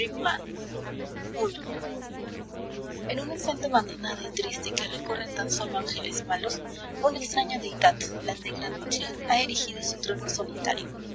i en una senda abandonada y triste que recorren tan sólo ángeles malos una extraña deidad la negra noche ha erigido su trono solitario